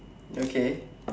okay